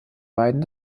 beiden